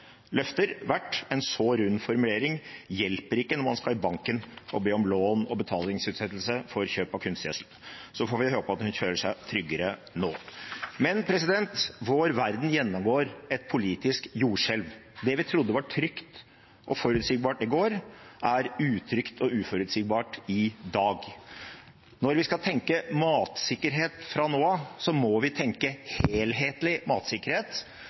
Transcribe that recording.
løfter vært: «En så rund formulering hjelper ikke når en skal i banken og be om lån eller betalingsutsettelse ved kjøp av gjødsel.» Så får vi håpe at hun føler seg tryggere nå. Vår verden gjennomgår et politisk jordskjelv. Det vi trodde var trygt og forutsigbart i går, er utrygt og uforutsigbart i dag. Når vi skal tenke matsikkerhet fra nå av, må vi tenke helhetlig matsikkerhet.